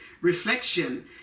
reflection